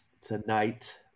tonight